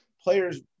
players